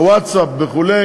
הווטסאפ וכו',